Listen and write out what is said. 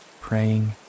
praying